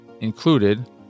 included